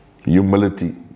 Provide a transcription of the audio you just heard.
humility